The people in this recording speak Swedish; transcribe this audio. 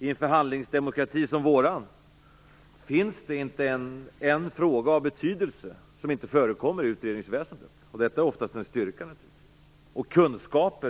I en förhandlingsdemokrati som vår finns det inte en fråga av betydelse som inte förekommer i utredningsväsendet. Detta är naturligtvis oftast en styrka. Det